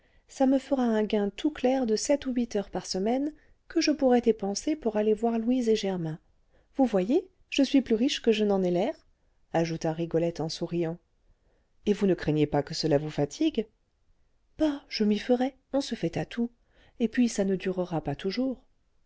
ça me fera un gain tout clair de sept ou huit heures par semaine que je pourrai dépenser pour aller voir louise et germain vous voyez je suis plus riche que je n'en ai l'air ajouta rigolette en souriant et vous ne craignez pas que cela vous fatigue bah je m'y ferai on se fait à tout et puis ça ne durera pas toujours